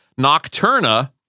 Nocturna